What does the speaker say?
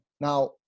now